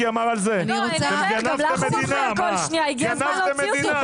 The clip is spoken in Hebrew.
כמנגנון הגנה וש-80% מהעובדים היו מאוגדים במשק.